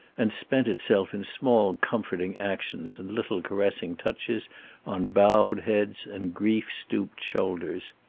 and spent itself in small comforting actions and little caressing touches on bowed heads and grief-stooped shoulders.